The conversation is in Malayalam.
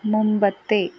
മുമ്പത്തെ